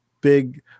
big